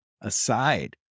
aside